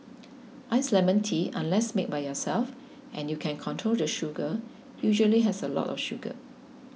iced lemon tea unless made by yourself and you can control the sugar usually has a lot of sugar